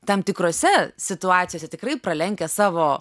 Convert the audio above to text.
tam tikrose situacijose tikrai pralenkia savo